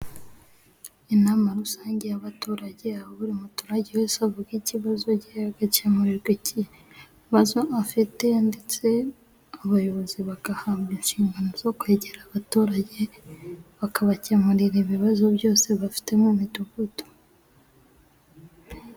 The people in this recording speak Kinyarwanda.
Inama rusange y'abaturage aho buri muturage wese avuga ikibazo cye, agakemurirwa ikibazo afite ndetse abayobozi bagahabwa inshingano zo kwegera abaturage, bakabakemurira ibibazo byose bafite mu midugudu.